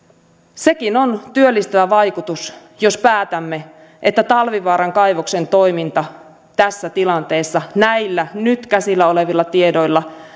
sekin on työllistävä vaikutus jos päätämme että talvivaaran kaivoksen toimintaa tässä tilanteessa näillä nyt käsillä olevilla tiedoilla